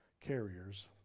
carriers